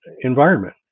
environment